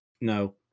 No